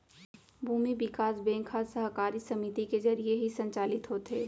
भूमि बिकास बेंक ह सहकारी समिति के जरिये ही संचालित होथे